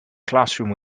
classroom